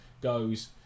goes